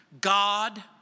God